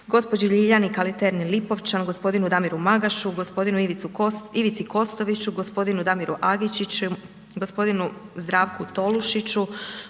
gđi. Ljiljani Kaliterni Lipovčan, g. Damiru Magašu, gospodinu Ivici Kostoviću, g. Damiru Agičiću, g. Zdravku Tolušiću,